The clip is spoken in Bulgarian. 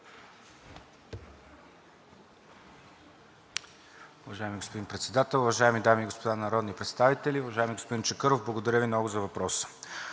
Уважаеми господин Председател, уважаеми дами и господа народни представители! Уважаеми господин Монев, благодаря Ви за отправения